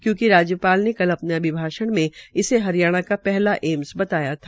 क्यूकि राज्यपाल ने कल अपने अभिभाषण में इसे हरियाणा का पहला एम्स बताया था